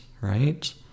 right